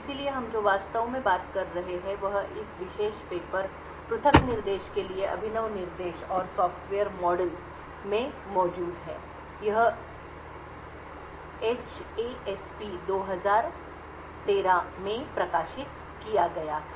इसलिए हम जो वास्तव में बात कर रहे हैं वह इस विशेष पेपर पृथक निर्देश के लिए अभिनव निर्देश और सॉफ्टवेयर मॉडल में मौजूद है यह एचएसपी HASP 2013 में प्रकाशित किया गया था